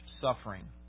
suffering